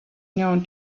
known